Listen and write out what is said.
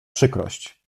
przykrość